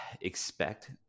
expect